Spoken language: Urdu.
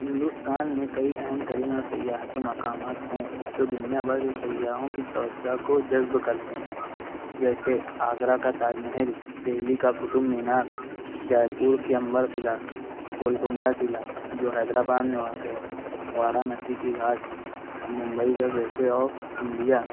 ہندوستان میں کئی اہم ترین اور سیاحتی مقامات ہیں جو دُنیا بھر سے سیاحوں کی توجہ کو جذب کرتے ہیں جیسے آگرہ کا تاج محل دہلی کا قطب مینار جےپور کی امبر قلعہ گولکنڈہ قلعہ جو حیدراباد میں واقع ہے وارانسی کی گھاٹ اور ممبئی کا گیٹ وے آف انڈیا